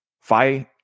fight